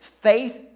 Faith